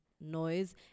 noise